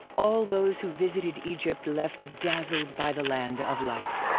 all those who visited egypt left dazzled by the land of light.